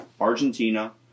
Argentina